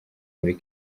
muri